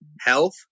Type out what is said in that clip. health